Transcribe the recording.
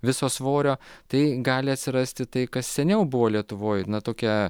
viso svorio tai gali atsirasti tai kas seniau buvo lietuvoj na tokia